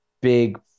big